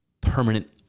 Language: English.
permanent